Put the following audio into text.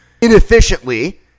inefficiently